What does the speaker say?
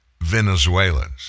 Venezuelans